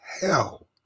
hell